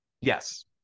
Yes